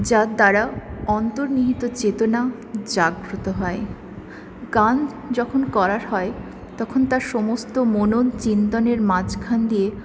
যার দ্বারা অন্তর্নিহিত চেতনা জাগ্রত হয় গান যখন করা হয় তখন তা সমস্ত মনন চিন্তনের মাঝখান দিয়ে